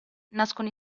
nascono